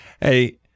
Hey